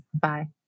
Bye